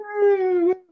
Woo